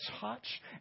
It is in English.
touch